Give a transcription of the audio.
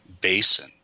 basin